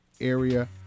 area